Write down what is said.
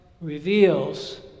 reveals